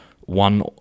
one